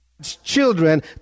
Children